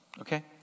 Okay